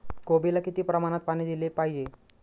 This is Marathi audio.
कोबीला किती प्रमाणात पाणी दिले पाहिजे?